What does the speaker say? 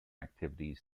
activities